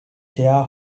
chair